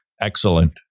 Excellent